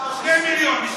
2 מיליון.